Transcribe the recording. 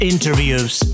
Interviews